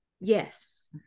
Yes